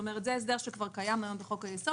זה הסדר שקיים כבר היום בחוק-היסוד.